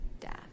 death